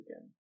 again